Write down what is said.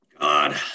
God